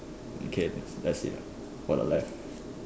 okay that's it for the left